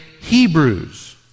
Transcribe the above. Hebrews